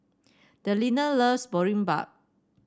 Delina loves Boribap